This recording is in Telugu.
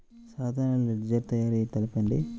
సాధారణ లెడ్జెర్ తయారి తెలుపండి?